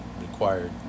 required